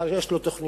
לשר יש תוכניות,